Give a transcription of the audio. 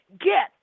get